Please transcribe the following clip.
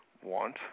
want